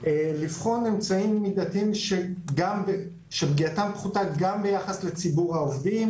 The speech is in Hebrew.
לבחון אמצעים מידתיים שפגיעתם פחותה גם ביחס לציבור העובדים,